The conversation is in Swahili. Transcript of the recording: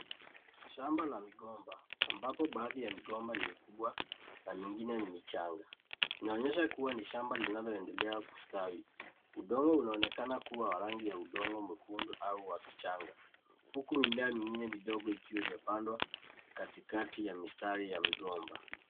Shamba la migomba ambapo baadhi ya migomba ni mikubwa na mingine ni michanga. inaonyesha kuwa ni shamba linaloendelea kustawi. Udongo unaonekana kuwa wa rangi ya udongo mwekundu au wa kichanga, huku mimea mingine midogo ikiwa imepandwa katikati ya mistari ya migomba.